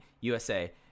USA